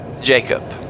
Jacob